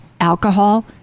alcohol